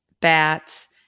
bats